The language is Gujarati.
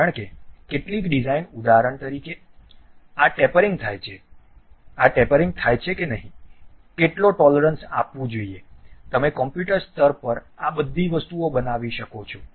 કારણ કે કેટલીક ડિઝાઇન ઉદાહરણ તરીકે આ ટેપરિંગ થાય છે કે નહીં કેટલો ટોલરન્સ આપવું જોઈએ તમે કમ્પ્યુટર સ્તર પર આ બધી વસ્તુઓ બનાવી શકો છો